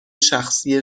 شخصی